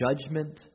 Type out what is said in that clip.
judgment